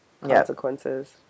consequences